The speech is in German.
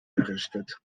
errichtet